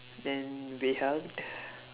then we hugged